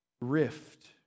rift